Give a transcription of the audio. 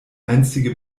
einstige